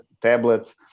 tablets